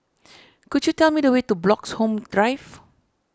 could you tell me the way to Bloxhome Drive